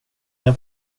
jag